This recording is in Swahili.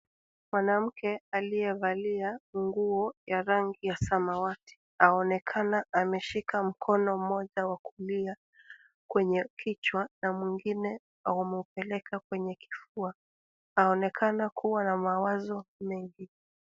Mwanamke aliyevalia nguo ya rangi ya samawati aonekana ameshika mkono mmoja wa kulia kwenye kichwa na mwingine ameupeleka kwenye kifua. Aonekana kuwa na mawazo mengi.